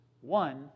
One